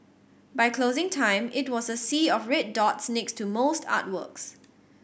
by closing time it was a sea of red dots next to most artworks